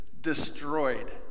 destroyed